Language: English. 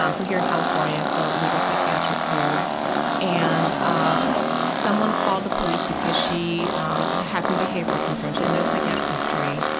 um so here in california, it's a legal psychiatric hold and ah um someone called the police because she had some behavioral concerns. she had no psychiatric history,